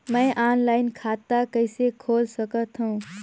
मैं ऑनलाइन खाता कइसे खोल सकथव?